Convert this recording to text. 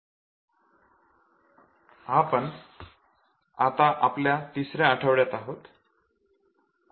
आपण आता आपल्या तिसऱ्या आठवड्यात आहोत